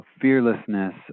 Fearlessness